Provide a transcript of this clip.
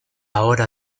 hora